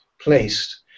placed